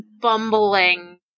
bumbling